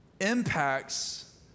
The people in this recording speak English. impacts